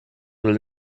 would